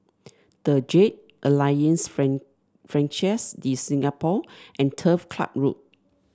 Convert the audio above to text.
the Jade Alliance Francaise de Singapour and Turf Club Road